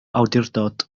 awdurdod